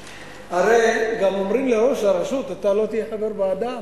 הרי גם אומרים לראש הרשות: אתה לא תהיה חבר ועדה,